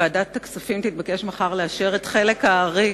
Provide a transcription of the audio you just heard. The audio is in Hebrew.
מחר ועדת הכספים תתבקש לאשר את חלק הארי,